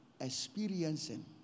experiencing